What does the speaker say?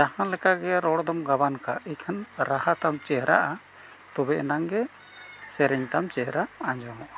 ᱡᱟᱦᱟᱸ ᱞᱮᱠᱟᱜᱮ ᱨᱚᱲ ᱫᱚᱢ ᱜᱟᱵᱟᱱ ᱠᱟᱜ ᱮᱠᱷᱟᱱ ᱨᱟᱦᱟ ᱛᱟᱢ ᱪᱮᱦᱨᱟᱜᱼᱟ ᱛᱚᱵᱮ ᱮᱱᱟᱝ ᱜᱮ ᱥᱮᱨᱮᱧ ᱛᱟᱢ ᱪᱮᱦᱨᱟ ᱟᱸᱡᱚᱢᱚᱜᱼᱟ